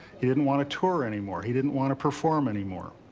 he didn't want to tour anymore, he didn't want to perform anymore.